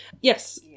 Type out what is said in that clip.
Yes